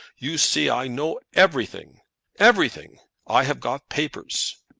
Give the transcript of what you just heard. you see i know everything everything. i have got papers.